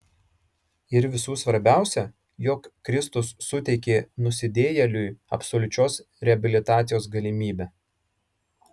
ir visų svarbiausia jog kristus suteikė nusidėjėliui absoliučios reabilitacijos galimybę